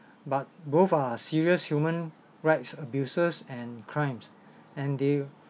but both are serious human rights abuses and crimes and they'll